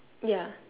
ya